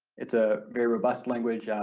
it's a very robust language,